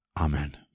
Amen